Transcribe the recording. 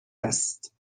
است